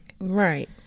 Right